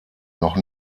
noch